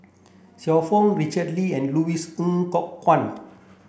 Xiu Fang Richard Kee and Louis Ng Kok Kwang